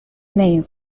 named